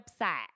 website